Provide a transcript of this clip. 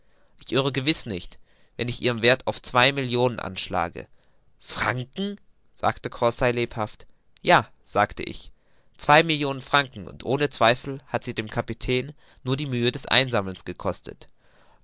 ich irre gewiß nicht wenn ich ihren werth auf zwei millionen anschlage franken sagte conseil lebhaft ja sagte ich zwei millionen franken und ohne zweifel hat sie dem kapitän nur die mühe des einsammelns gekostet